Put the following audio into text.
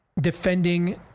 defending